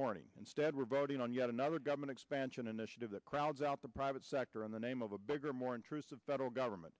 morning instead we're voting on yet another government expansion initiative that crowds out the private sector in the name of a bigger more intrusive federal government